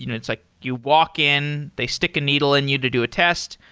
you know it's like you walk in, they stick a needle in you to do a test.